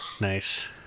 Nice